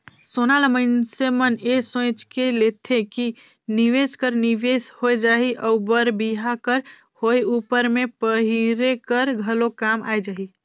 सोना ल मइनसे मन ए सोंएच के लेथे कि निवेस कर निवेस होए जाही अउ बर बिहा कर होए उपर में पहिरे कर घलो काम आए जाही